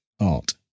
art